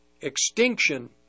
extinction